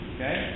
Okay